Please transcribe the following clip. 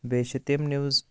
بیٚیہِ چھِ تِم نِوٕز